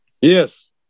Yes